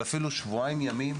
בסיסית היא אפילו הכשרה של שבועיים או